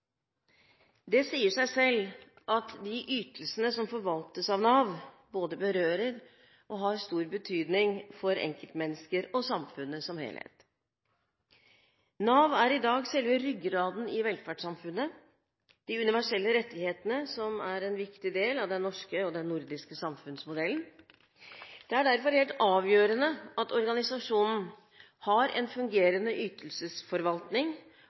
Det sier seg selv at de ytelsene som forvaltes av Nav, både berører og har stor betydning for enkeltmennesker og samfunnet som helhet. Nav er i dag selve ryggraden i velferdssamfunnet – de universelle rettighetene, som er en viktig del av den norske og den nordiske samfunnsmodellen. Det er derfor helt avgjørende at organisasjonen har en fungerende ytelsesforvaltning